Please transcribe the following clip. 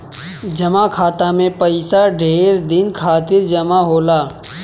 जमा खाता मे पइसा ढेर दिन खातिर जमा होला